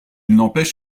n’empêche